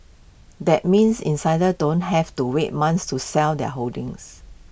that means insiders don't have to wait months to sell their holdings